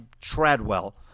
Treadwell